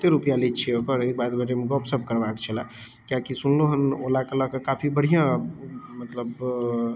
कतेक रुपैआ लै छिए ओकर एहि बारेमे गपशप करबाके छलै कियाकि सुनलहुँ हँ ओलाके लऽ कऽ काफी बढ़िआँ मतलब